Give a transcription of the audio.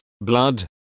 blood